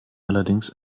allerdings